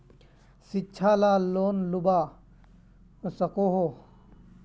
शिक्षा ला लोन लुबा सकोहो?